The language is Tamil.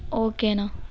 ஓகேண்ணா